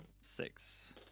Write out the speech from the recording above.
Six